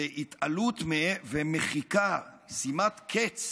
זה התעלות ומחיקה, שימת קץ